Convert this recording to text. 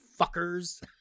fuckers